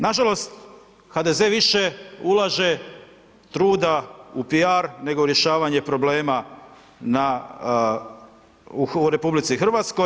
Nažalost, HDZ više ulaže truda u PR nego u rješavanje problema u RH.